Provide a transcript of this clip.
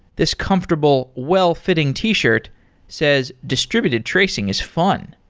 this comfortable well-fitting t-shirt says, distributed tracing is fun,